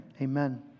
amen